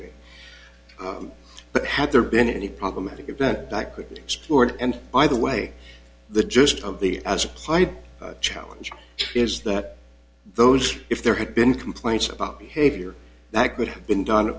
me but had there been any problematic event that could be explored and by the way the gist of the as applied challenge is that those if there had been complaints about behavior that could have been done